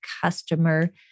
customer